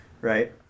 Right